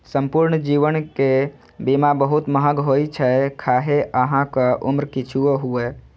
संपूर्ण जीवन के बीमा बहुत महग होइ छै, खाहे अहांक उम्र किछुओ हुअय